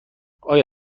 آیا